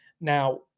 Now